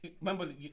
Remember